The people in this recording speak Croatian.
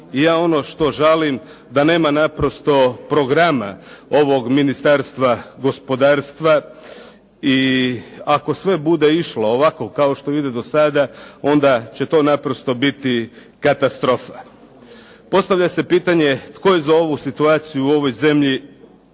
i ja ono što žalim da nema naprosto programa ovog Ministarstva gospodarstva i ako sve bude išlo ovako kao što ide do sada onda će to naprosto biti katastrofa. Postavlja se pitanje tko je za ovu situaciju u ovoj zemlji